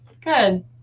Good